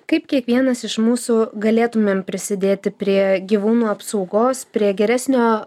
kaip kiekvienas iš mūsų galėtumėm prisidėti prie gyvūnų apsaugos prie geresnio